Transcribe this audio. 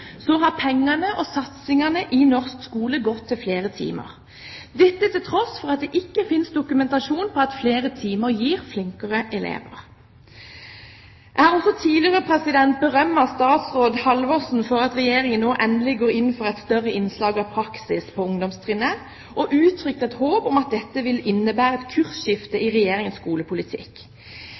så har pengene og satsingen i norsk skole gått til flere timer, til tross for at det ikke finnes dokumentasjon på at flere timer gir flinkere elever. Jeg har også tidligere berømmet statsråd Halvorsen for at Regjeringen nå endelig går inn for et større innslag av praksis på ungdomstrinnet og uttrykt et håp om at dette vil innebære et kursskifte i Regjeringens skolepolitikk.